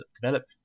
develop